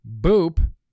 boop